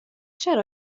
چرا